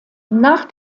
nach